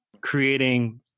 creating